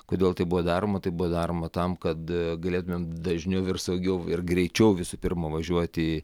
kodėl tai buvo daroma tai buvo daroma tam kad galėtumėm dažniau ir saugiau ir greičiau visų pirma važiuoti